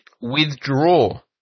withdraw